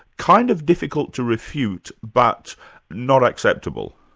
kind of difficult to refute, but not acceptable.